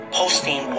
posting